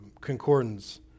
concordance